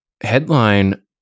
headline